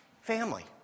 family